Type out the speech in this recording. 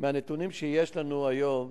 מהנתונים שיש לנו היום